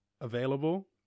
available